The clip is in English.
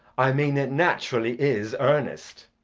i mean it naturally is ernest.